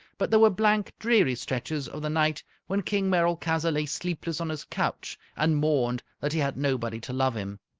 but there were blank, dreary stretches of the night when king merolchazzar lay sleepless on his couch and mourned that he had nobody to love him.